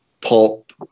pop